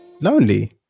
lonely